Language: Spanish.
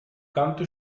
canto